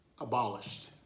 abolished